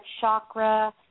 chakra